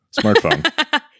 smartphone